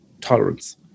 tolerance